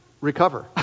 recover